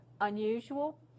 unusual